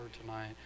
tonight